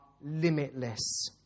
limitless